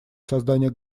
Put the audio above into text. создания